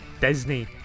Disney